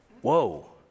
Whoa